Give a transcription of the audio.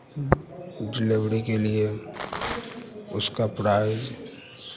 delivery के लिए उसका प्राइज